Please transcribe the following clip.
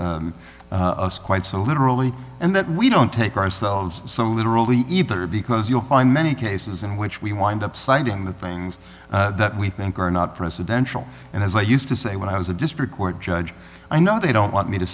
takes us quite so literally and that we don't take ourselves some literally either because you'll find many cases in which we wind up citing the things that we think are not presidential and as i used to say when i was a district court judge i know they don't want me to